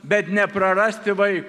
bet neprarasti vai